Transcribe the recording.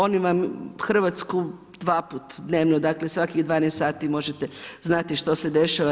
Oni vam Hrvatsku dvaput dnevno, dakle svakih 12 sati možete znati što se dešava.